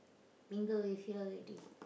mingle with you all already